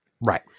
Right